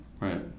Right